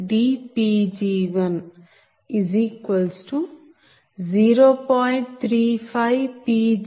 ఇప్పుడు L1dC1dPg10